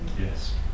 yes